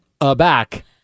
aback